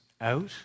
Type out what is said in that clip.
out